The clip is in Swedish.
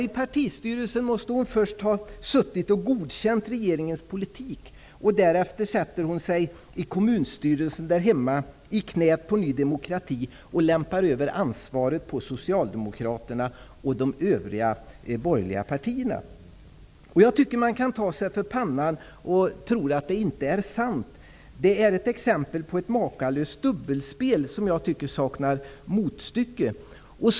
I partistyrelsen måste hon först ha godkänt regeringens politik. Därefter sätter hon sig i kommunstyrelsen där hemma i knät på Ny demokrati och lämpar över ansvaret på Man kan ta sig för pannan och tro att det inte är sant. Detta är ett exempel på ett makalöst dubbelspel som jag tycker saknar motstycke.